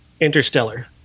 Interstellar